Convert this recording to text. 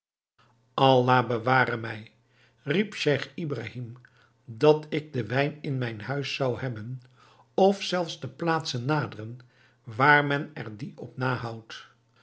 allah beware mij riep scheich ibrahim dat ik de wijn in mijn huis zou hebben of zelfs de plaats naderen waar men er dien op nahoudt